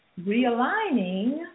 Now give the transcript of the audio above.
realigning